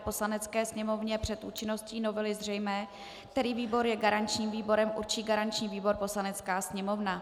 Poslanecké sněmovně před účinností novely zřejmé, který výbor je garančním výborem, určí garanční výbor Poslanecká sněmovna.